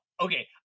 okay